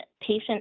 patient